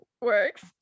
works